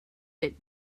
bit